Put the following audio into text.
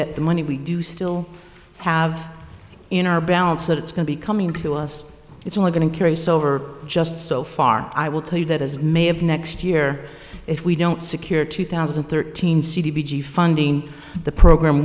that the money we do still have in our balance that it's going to be coming to us it's only going to carry so over just so far i will tell you that as may of next year if we don't secure two thousand and thirteen c d g funding the program